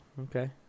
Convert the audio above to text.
Okay